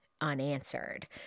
unanswered